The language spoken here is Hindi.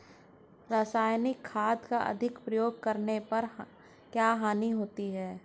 रासायनिक खाद का अधिक प्रयोग करने पर क्या हानि होती है?